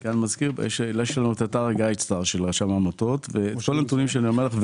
יש לנו את אתר גיידסטאר של רשם העמותות וכל הנתונים שאני אומר כאן,